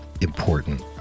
important